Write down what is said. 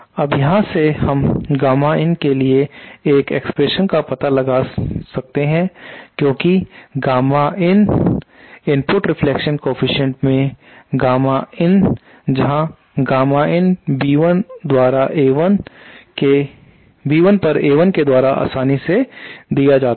अब यहां से हम गामा in के लिए एक एक्सप्रेशन का पता लगा सकते हैं क्योंकि gamma in input reflection coefficient मैं गामा in जहां गामा in B1 पर A1 के द्वारा आसानी से दिया जाता है